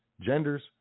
genders